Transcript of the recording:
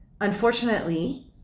unfortunately